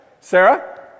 Sarah